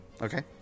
Okay